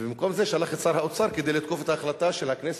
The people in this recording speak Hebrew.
ובמקום זה שלח את שר האוצר כדי לתקוף את ההחלטה של הכנסת,